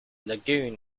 lagoon